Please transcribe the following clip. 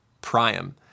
Priam